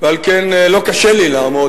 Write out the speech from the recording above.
על כן לא קשה לי לעמוד,